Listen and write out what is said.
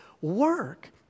work